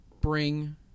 Bring